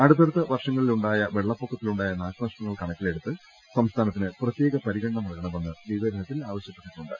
അടുത്തടുത്ത വർഷങ്ങളി ലുണ്ടായ വെള്ളപ്പൊക്കത്തിലുണ്ടായ നാശനഷ്ടങ്ങൾ കണക്കിലെ ടുത്ത് സംസ്ഥാനത്തിന് പ്രത്യേക പ്രിഗണന നൽകണമെന്ന് നിവേദ നത്തിൽ ആവശ്യപ്പെട്ടിട്ടുണ്ട്